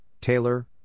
Taylor